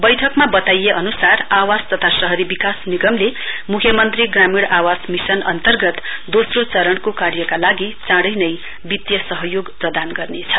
बैठकमा बताइए अनुसार आवास तथा शहरी विकास निगमले मुख्यमन्त्री भ्रमण आवास मिशन अन्तर्गत दोस्रो चरणको कार्यका लागि चाँडै नै वित्तीय सहयोग प्रदान गर्नेछ